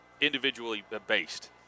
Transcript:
individually-based